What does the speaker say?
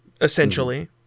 essentially